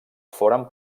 foren